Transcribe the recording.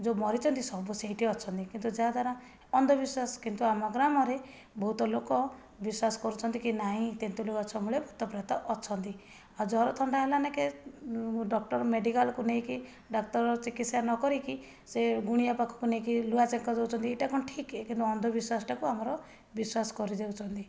ଯେଉଁ ମରିଛନ୍ତି ସବୁ ସେଇଠି ଅଛନ୍ତି କିନ୍ତୁ ଯାହାଦ୍ୱାରା ଅନ୍ଧବିଶ୍ଵାସ କିନ୍ତୁ ଆମ ଗ୍ରାମରେ ବହୁତ ଲୋକ ବିଶ୍ୱାସ କରୁଛନ୍ତି କି ନାଇଁ ତେନ୍ତୁଳି ଗଛମୂଳେ ଭୂତ ପ୍ରେତ ଅଛନ୍ତି ଆଉ ଜର ଥଣ୍ଡା ହେଲାନାକେ ଡକ୍ଟର ମେଡ଼ିକାଲକୁ ନେଇକି ଡାକ୍ତର ଚିକିତ୍ସା ନ କରିକି ସେ ଗୁଣିଆ ପାଖକୁ ନେଇକି ଲୁହା ଚେଙ୍କା ଦେଉଛନ୍ତି ଏଇଟା କଣ ଠିକ୍ କିନ୍ତୁ ଏ ଅନ୍ଧବିଶ୍ଵାସ ଟାକୁ ଆମର ବିଶ୍ୱାସ କରିଦେଉଛନ୍ତି